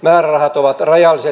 määrärahat ovat rajalliset